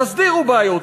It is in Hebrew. תסדירו בעיות,